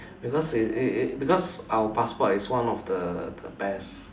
because it it it because our passport is one of the the best